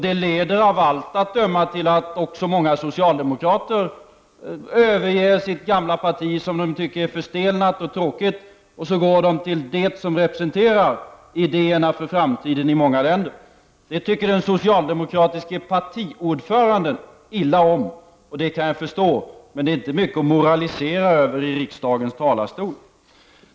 Det leder av allt att döma till att också många socialdemokrater överger sitt gamla parti, som de tycker är förstelnat och tråkigt, och så går de till det som representerar idéerna för framtiden i många länder. Det tycker den socialdemokratiska partiordföranden illa om, och det kan jag förstå, men det är inte mycket att moralisera över i riksdagens talarstol.